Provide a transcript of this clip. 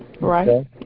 Right